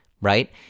right